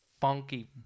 funky